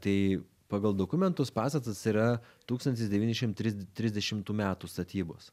tai pagal dokumentus pastatas yra tūkstantis devyni šimtai trisd trisdešimtų metų statybos